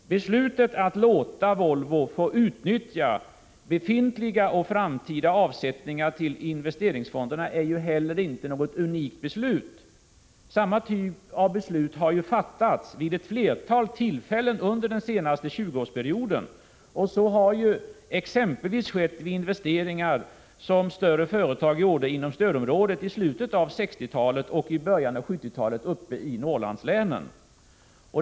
Beslutet att låta Volvo få utnyttja befintliga och framtida avsättningar till investeringsfonderna är ju inte heller något unikt beslut. Samma typ av beslut har ju fattats vid ett flertal tillfällen under den senaste 20-årsperioden. Detta har exempelvis skett vid investeringar som större företag gjorde inom stödområdet i slutet av 1960-talet och i början av 1970-talet uppe i Norrlandslänen.